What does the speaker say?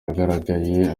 yagaragaye